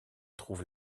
trouve